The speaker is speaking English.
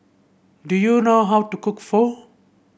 do you know how to cook Pho